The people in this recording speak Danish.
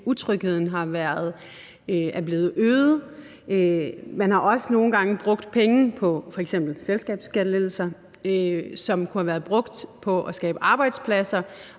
utrygheden er blevet øget. Man har også nogle gange brugt penge på f.eks. selskabsskattelettelser, som kunne have været brugt på at skabe arbejdspladser,